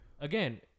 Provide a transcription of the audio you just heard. again